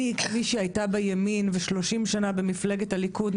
אני מי שהייתה בימין ו- 30 שנה במפלגת הליכוד,